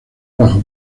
bajo